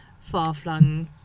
far-flung